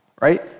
right